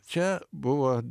čia buvo